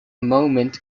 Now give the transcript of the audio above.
moment